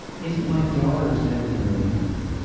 is that my daughter is never going to really know me.